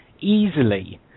easily